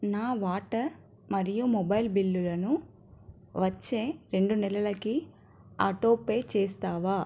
నా వాటర్ మరియు మొబైల్ బిల్లులను వచ్చే రెండు నెలలకి ఆటోపే చేస్తావా